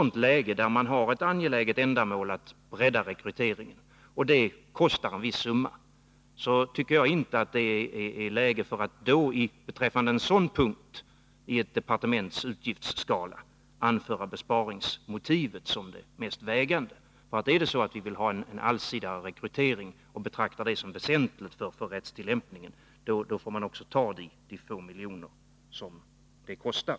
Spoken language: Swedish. I ett läge där man anser det vara angeläget att bredda rekryteringen och detta kostar en viss summa, tycker jag inte att besparingsmotivet bör anföras som mest vägande. Vill vi ha en allsidigare rekrytering och betraktar det som väsentligt för rättstillämpningen, då får man också ta de få miljoner som det kostar.